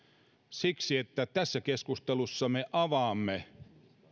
siksi että tässä keskustelussa me avaamme